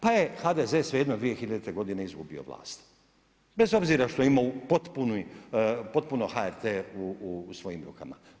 Pa je HDZ-e svejedno 2000. godine izgubio vlast bez obzira što je imao potpuno HRT-e u svojim rukama.